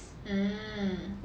mm